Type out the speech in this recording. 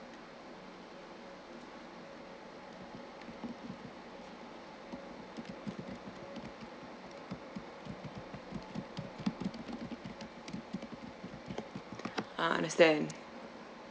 ah understand